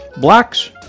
Blacks